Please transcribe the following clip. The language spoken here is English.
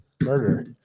Murder